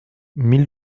mille